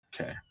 Okay